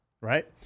right